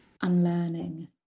Unlearning